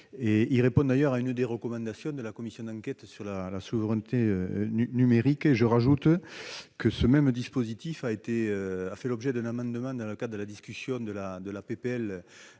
prévue répond d'ailleurs à l'une des recommandations de la commission d'enquête sur la souveraineté numérique. J'ajoute que ce même dispositif a été proposé par voie d'amendement dans le cadre de la discussion de la